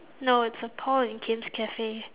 no it's a paul and kim's cafe